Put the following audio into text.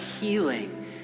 healing